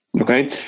Okay